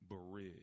bridge